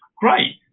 great